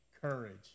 courage